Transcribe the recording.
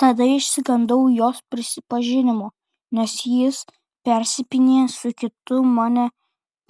tada išsigandau jos prisipažinimo nes jis persipynė su kitu mane